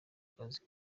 kazi